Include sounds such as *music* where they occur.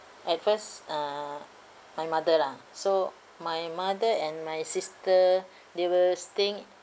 at first uh my mother lah so my mother and my sister *breath* they were staying